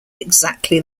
exactly